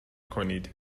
کنید